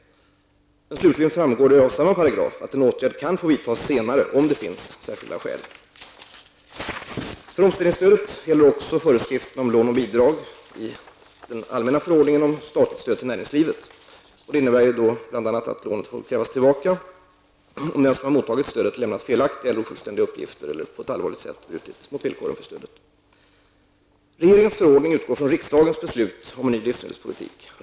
Slutligen framgår av samma paragraf att en åtgärd kan få vidtas senare om det finns särskilda skäl. om statligt stöd till näringslivet. Detta innebär bl.a. att lånet får krävas tillbaka om den som mottagit stödet lämnat felaktiga eller ofullständiga uppgifter eller på ett allvarligt sätt brutit mot villkoren för stödet. Regeringens förordning utgår från riksdagens beslut om en ny livsmedelspolitik.